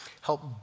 help